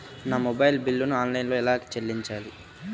నా మొబైల్ బిల్లును ఆన్లైన్లో ఎలా చెల్లించాలి?